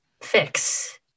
fix